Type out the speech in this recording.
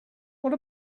what